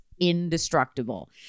indestructible